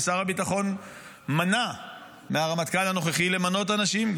ושר הביטחון מנע מהרמטכ"ל הנוכחי למנות אנשים,